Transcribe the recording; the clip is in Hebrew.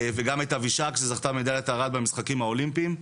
וגם את אבישג שזכתה במדליית ארד במשחקים האולימפים.